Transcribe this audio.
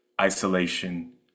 isolation